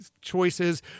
choices